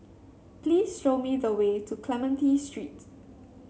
please show me the way to Clementi Street